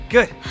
Good